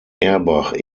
erbach